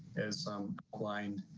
as some blind.